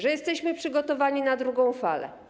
Że jesteśmy przygotowani na drugą falę.